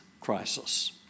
crisis